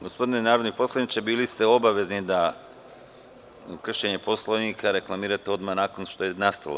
Gospodine narodni poslaniče, bili ste obavezni da kršenje Poslovnika reklamirate odmah nakon što je nastalo.